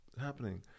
happening